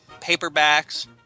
paperbacks